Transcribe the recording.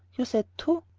you said two.